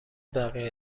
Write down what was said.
بقیه